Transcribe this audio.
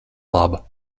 laba